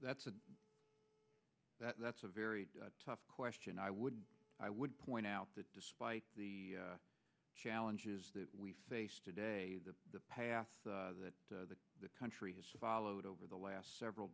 that's a that's a very tough question i would i would point out that despite the challenges that we face today that the path that the country has followed over the last several